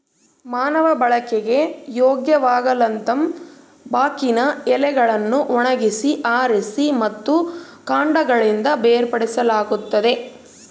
ಮಾನವ ಬಳಕೆಗೆ ಯೋಗ್ಯವಾಗಲುತಂಬಾಕಿನ ಎಲೆಗಳನ್ನು ಒಣಗಿಸಿ ಆರಿಸಿ ಮತ್ತು ಕಾಂಡಗಳಿಂದ ಬೇರ್ಪಡಿಸಲಾಗುತ್ತದೆ